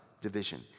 division